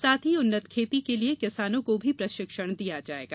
साथ ही उन्नत खेती के लिए किसानों को भी प्रशिक्षण दिया जायेगा